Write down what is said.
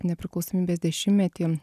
nepriklausomybės dešimtmetį